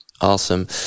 awesome